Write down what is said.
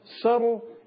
subtle